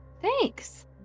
Thanks